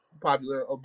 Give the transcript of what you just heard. popular